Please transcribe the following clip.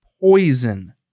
poison